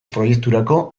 proiekturako